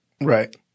Right